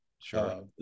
Sure